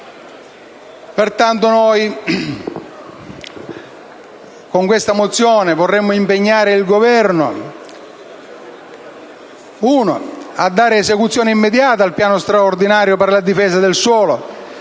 Pertanto, noi con questa mozione vorremmo in primo luogo impegnare il Governo a dare esecuzione immediata al Piano straordinario per la difesa del suolo